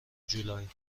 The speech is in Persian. جولای